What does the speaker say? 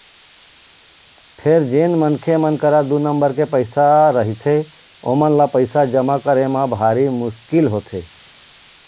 फेर जेन मनखे मन करा दू नंबर के पइसा रहिथे ओमन ल पइसा जमा करे म भारी मुसकिल होथे